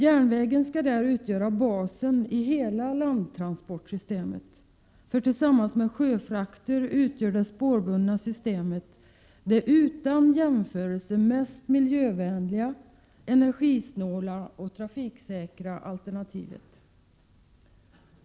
Järnvägen skall utgöra basen i hela landtransportsystemet. Tillsammans med sjöfrakterna utgör det spårbundna systemet nämligen det utan jämförelse mest miljövänliga, energisnåla och trafiksäkra alternativet.